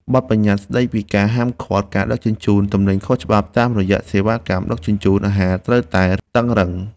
បទប្បញ្ញត្តិស្ដីពីការហាមឃាត់ការដឹកជញ្ជូនទំនិញខុសច្បាប់តាមរយៈសេវាកម្មដឹកជញ្ជូនអាហារត្រូវតែតឹងរ៉ឹង។